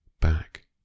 back